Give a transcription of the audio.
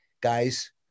guys